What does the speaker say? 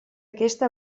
aquesta